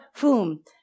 Boom